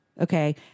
okay